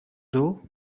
doe